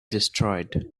destroyed